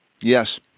Yes